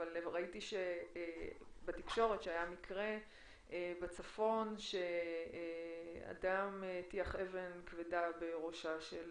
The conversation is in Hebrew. אבל ראיתי בתקשורת שהיה מקרה בצפון שאדם הטיח אבן כבדה בראשה של